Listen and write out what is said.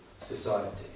society